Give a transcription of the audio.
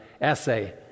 essay